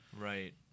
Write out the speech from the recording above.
Right